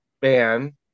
ban